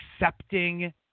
accepting